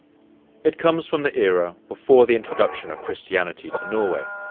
it comes from the era before the introduction of christianity to norway,